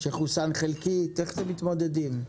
שחוסן חלקית, איך אתם מתמודדים?